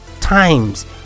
times